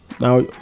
Now